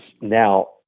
now